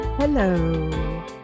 Hello